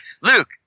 Luke